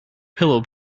pillow